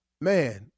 man